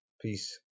Peace